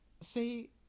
See